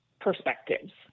perspectives